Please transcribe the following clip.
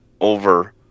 over